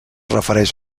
refereix